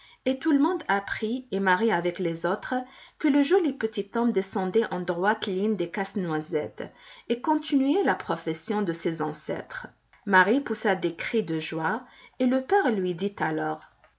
et tout le monde apprit et marie avec les autres que le joli petit homme descendait en droite ligne des casse-noisette et continuait la profession de ses ancêtres marie poussa des cris de joie et le père lui dit alors